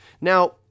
Now